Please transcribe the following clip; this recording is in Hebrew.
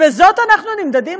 בזאת אנחנו נמדדים?